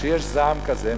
כשיש זעם כזה,